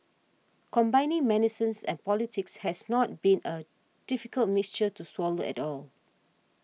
combining medicines and politics has not been a difficult mixture to swallow at all